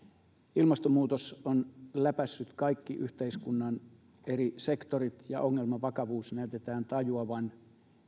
ilmastonmuutos on läpäissyt kaikki yhteiskunnan eri sektorit ja ongelman vakavuus näytetään tajuavan